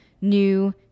new